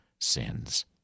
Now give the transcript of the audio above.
sins